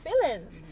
feelings